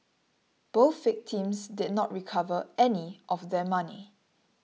both victims did not recover any of their money